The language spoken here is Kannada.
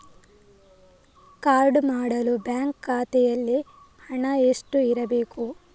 ಕಾರ್ಡು ಮಾಡಲು ಬ್ಯಾಂಕ್ ಖಾತೆಯಲ್ಲಿ ಹಣ ಎಷ್ಟು ಇರಬೇಕು?